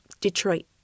Detroit